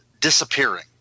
disappearing